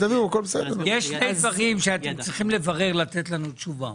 יש שני דברים שאתם צריכים לברר לתת לנו תשובה,